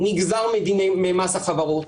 נגזר ממס החברות.